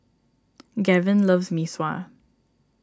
Gavyn loves Mee Sua